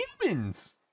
humans